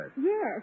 Yes